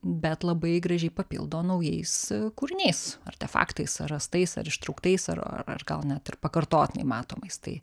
bet labai gražiai papildo naujais kūriniais artefaktais ar rastais ar ištrauktais ar gal net ir pakartotinai matomais tai